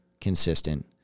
consistent